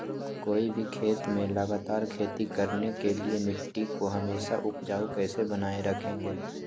कोई भी खेत में लगातार खेती करने के लिए मिट्टी को हमेसा उपजाऊ कैसे बनाय रखेंगे?